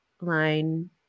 line